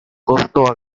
costo